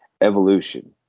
Evolution